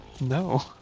No